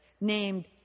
named